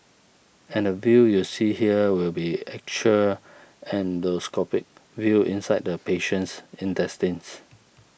and the view you see here will be actual endoscopic view inside the patient's intestines